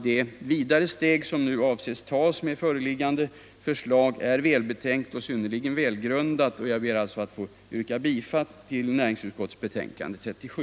Det vidare steg som man nu avser att ta med föreliggande förslag tror jag också är välbetänkt och synnerligen välgrundat. Jag ber alltså att få yrka bifall till näringsutskottets hemställan i betänkandet nr 37.